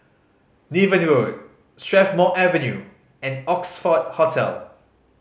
Niven Road Strathmore Avenue and Oxford Hotel